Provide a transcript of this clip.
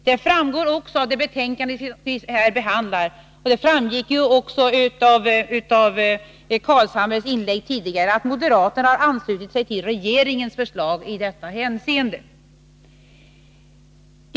Det framgår också av det betänkande vi här behandlar, och det framgick av Nils Carlshamres inlägg här tidigare, att moderaterna har anslutit sig till regeringens förslag i detta hänseende.